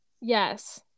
yes